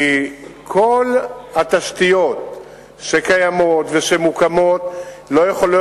כי כל התשתיות שקיימות ומוקמות לא יכולות